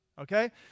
okay